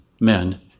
men